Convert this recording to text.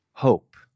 hope